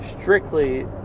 strictly